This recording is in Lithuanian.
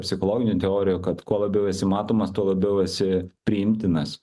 psichologinių teorijų kad kuo labiau esi matomas tuo labiau esi priimtinas